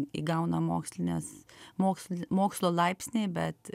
įgauna mokslines moksl mokslo laipsnį bet